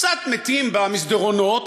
קצת מתים במסדרונות,